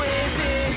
easy